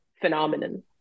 phenomenon